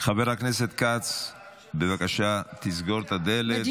חבר הכנסת כץ, בבקשה תסגור את הדלת.